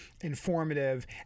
informative